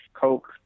Coke